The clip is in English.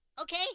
Okay